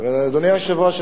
אדוני היושב-ראש,